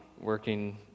working